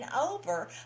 over